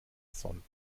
sonden